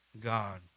God